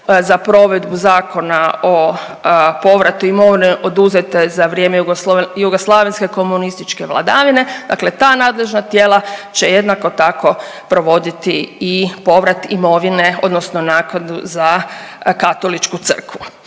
za provedbu Zakona o povratu imovine oduzete za vrijeme jugoslavenske komunističke vladavine, dakle ta nadležna tijela će jednako tako provoditi i povrat imovine odnosno naknadu za Katoličku crkvu.